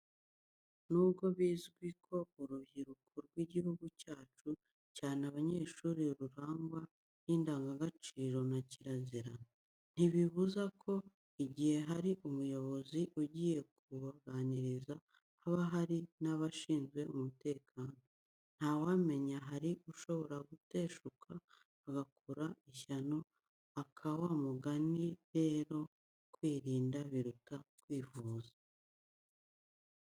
Nubwo bizwi ko urubyiruko rw'igihugu cyacu, cyane abanyeshuri, rurangwa n'indangagaciro na kirazira, ntibibuza ko igihe hari umuyobozi ugiye kubaganiriza haba hari n'abashinzwe umutekano, ntawamenya hari ushobora guteshuka agakora ishyano, aka wa mugani rero, kwirinda biruta kwivuza.